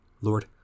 Lord